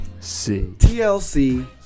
TLC